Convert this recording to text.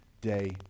day